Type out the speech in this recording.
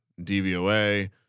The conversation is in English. DVOA